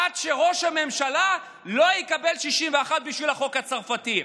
עד שראש הממשלה לא יקבל 61 בשביל החוק הצרפתי.